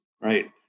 right